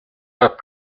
pas